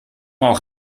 auch